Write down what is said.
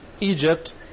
Egypt